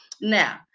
Now